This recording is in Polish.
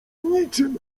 niczym